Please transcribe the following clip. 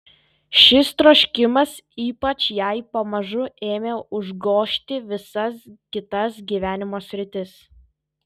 šis troškimas ypač jai pamažu ėmė užgožti visas kitas gyvenimo sritis